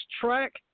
track